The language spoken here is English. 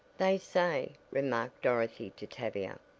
they say, remarked dorothy to tavia,